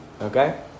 Okay